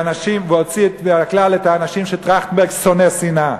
והוציא מן הכלל את האנשים שטרכטנברג שונא שנאה.